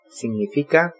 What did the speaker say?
significa